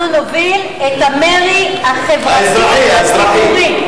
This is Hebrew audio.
אנחנו נוביל את המרי החברתי הציבורי.